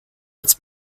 its